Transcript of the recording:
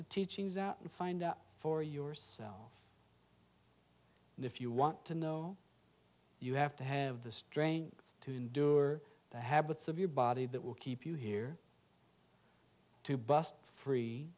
the teachings out and find out for yourself and if you want to know you have to have the strength to endure the habits of your body that will keep you here to bust free